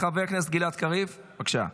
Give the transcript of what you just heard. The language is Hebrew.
חבר הכנסת גלעד קריב, בבקשה.